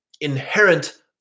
inherent